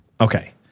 Okay